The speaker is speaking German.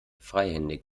freihändig